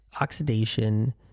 Oxidation